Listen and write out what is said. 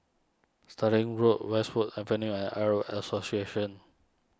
Stirling Road Westwood Avenue and Arab Association